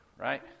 right